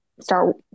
start